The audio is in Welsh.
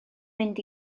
mynd